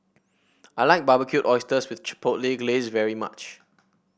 I like Barbecued Oysters with Chipotle Glaze very much